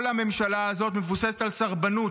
כל הממשלה הזו מבוססת על סרבנות.